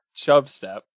Chubstep